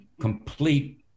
complete